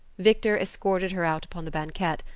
victor escorted her out upon the banquette,